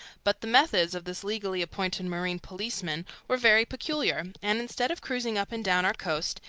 but the methods of this legally appointed marine policeman were very peculiar, and, instead of cruising up and down our coast,